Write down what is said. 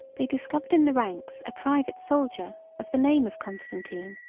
they discovered in the ranks a private soldier of the name of constantine,